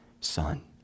son